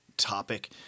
topic